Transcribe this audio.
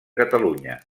catalunya